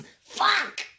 Fuck